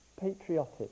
patriotic